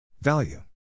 Value